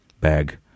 bag